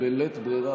בלית ברירה,